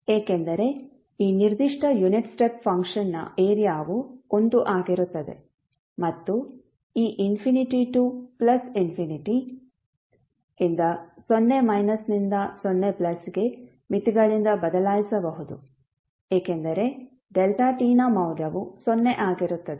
ಏಕೆಂದರೆ ಈ ನಿರ್ದಿಷ್ಟ ಯುನಿಟ್ ಸ್ಟೆಪ್ ಫಂಕ್ಷನ್ನ ಏರಿಯಾವು 1 ಆಗಿರುತ್ತದೆ ಮತ್ತು ಈ ಇನ್ಫಿನಿಟಿ ಟು ಪ್ಲಸ್ ಇನ್ಫಿನಿಟಿಯಿಂದ ಸೊನ್ನೆ ಮೈನಸ್ನಿಂದ ಸೊನ್ನೆ ಪ್ಲಸ್ಗೆ ಮಿತಿಗಳಿಂದ ಬದಲಾಯಿಸಬಹುದು ಏಕೆಂದರೆ tನ ಮೌಲ್ಯವು ಸೊನ್ನೆ ಆಗಿರುತ್ತದೆ